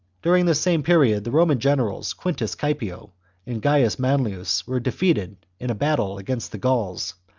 during this same period the roman generals quintus caepio and gains manlius were defeated in a battle against the gauls,